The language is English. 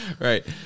Right